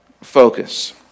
focus